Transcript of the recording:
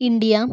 India